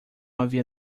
havia